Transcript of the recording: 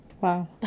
Wow